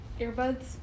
earbuds